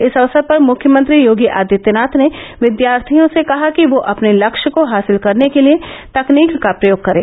इस अवसर पर मुख्यमंत्री योगी आदित्यनाथ ने विद्यार्थियों से कहा कि वह अपने लक्ष्य को हासिल करने के लिये तकनीक का प्रयोग करें